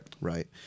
Right